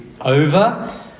over